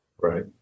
Right